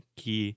que